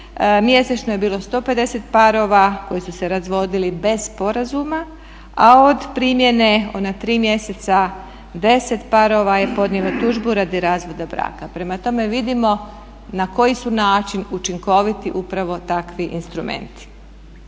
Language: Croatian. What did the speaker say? mjesečno je bilo 150 parova koji su se razvodili bez sporazuma, a od primjene ona tri mjeseca 10 parova je podnijelo tužbu radi razvoda braka. Prema tome, vidimo na koji su način učinkoviti upravo takvi instrumenti.